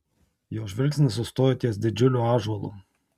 jo žvilgsnis sustojo ties didžiuliu ąžuolu